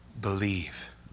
believe